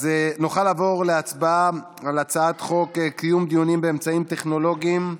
אז נוכל לעבור להצבעה על הצעת חוק קיום דיונים באמצעים טכנולוגיים.